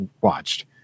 watched